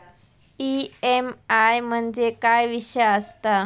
EMI म्हणजे काय विषय आसता?